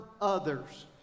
others